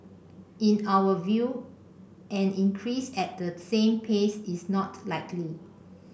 in our view an increase at the same pace is not likely